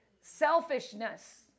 selfishness